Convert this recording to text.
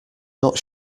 not